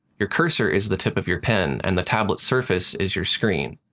your cursor is the tip of your pen and the tablet surface is your screen.